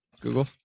Google